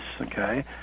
okay